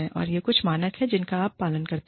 और ये कुछ मानक हैं जिनका आप पालन करते हैं